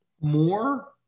More